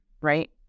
right